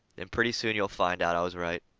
then pretty soon you'll find out i was right.